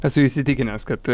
esu įsitikinęs kad